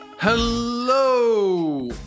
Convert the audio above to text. Hello